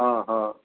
हा हा